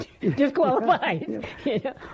disqualified